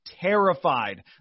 terrified